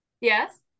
Yes